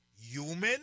human